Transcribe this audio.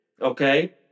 okay